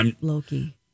Loki